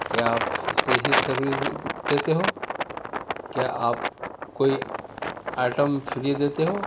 کیا آپ ایسے ہی سروس دیتے ہو کیا آپ کوئی آئٹم فری دیتے ہو